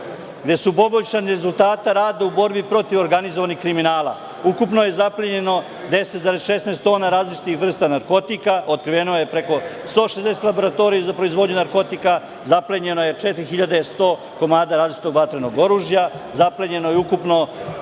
građana. Poboljšani su rezultati rada u borbi protiv organizovanog kriminala, ukupno je zaplenjeno 10,16 tona različitih vrsta narkotika, otkriveno je preko 160 laboratorija za proizvodnju narkotika, zaplenjeno je 4100 komada različitog vatrenog oružja, zaplenjeno je ukupno